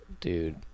dude